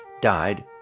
died